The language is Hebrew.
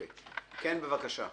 בבקשה.